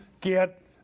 get